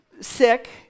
sick